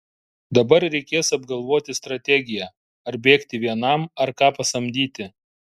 dabar reikės apgalvoti strategiją ar bėgti vienam ar ką pasamdyti